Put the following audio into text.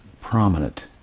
prominent